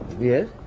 Yes